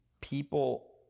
people